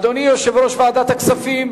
אדוני יושב-ראש ועדת הכספים,